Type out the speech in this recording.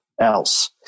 else